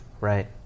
Right